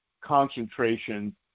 concentration